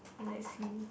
let's see